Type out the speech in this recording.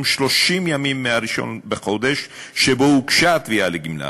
30 ימים מה-1 בחודש שבו הוגשה התביעה לגמלה.